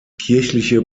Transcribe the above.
kirchliche